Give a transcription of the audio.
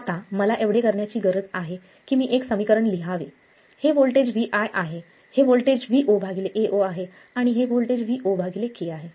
आता मला एवढे करायची गरज आहे की मी एक समीकरण लिहावे हे वोल्टेज Vi आहे हे वोल्टेज VoAo आहे आणि हे व्होल्टेज Vok आहे